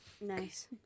Nice